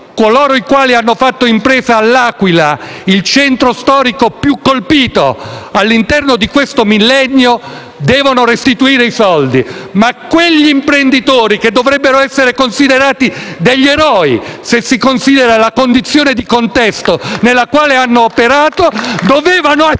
coloro i quali hanno fatto impresa a L'Aquila, il centro storico più colpito in questo millennio, devono restituire i soldi, ma anche che quegli imprenditori, che dovrebbero essere reputati degli eroi se si considera la condizione di contesto nella quale hanno operato, avrebbero dovuto